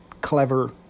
clever